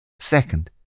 Second